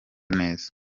neza